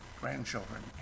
grandchildren